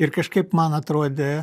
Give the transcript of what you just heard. ir kažkaip man atrodė